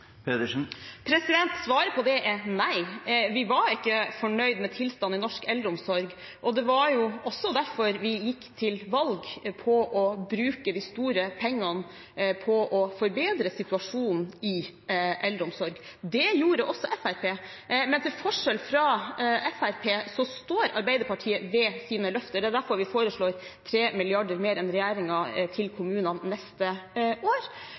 2013? Svaret på det er nei. Vi var ikke fornøyd med tilstanden i norsk eldreomsorg, og det var også derfor vi gikk til valg på å bruke de store pengene på å forbedre situasjonen i eldreomsorgen. Det gjorde også Fremskrittspartiet, men til forskjell fra Fremskrittspartiet står Arbeiderpartiet ved sine løfter. Det er derfor vi foreslår 3 mrd. kr mer enn regjeringen til kommunene neste år.